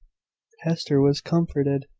hester was comforted,